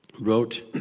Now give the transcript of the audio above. wrote